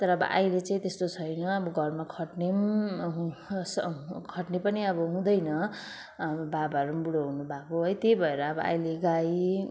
तर अब अहिले चाहिँ त्यस्तो छैन अब घरमा खट्ने पनि खट्ने पनि अब हुँदैन बाबाहरू पनि बुढो हुनुभएको है त्यही भएर अब अहिले गाई